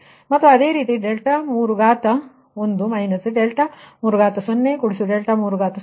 ಮತ್ತು ಅದೇ ರೀತಿ 33∆3 ಅಂದರೆ 0 3